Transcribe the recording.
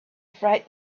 freight